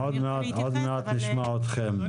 עוד מעט נשמע אתכם.